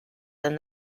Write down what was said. than